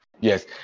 Yes